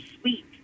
sweet